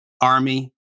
army